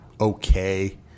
okay